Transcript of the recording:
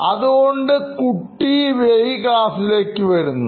അതുകൊണ്ട് കുട്ടി വൈകി ക്ലാസിലേക്ക് വരുന്നു